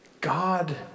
God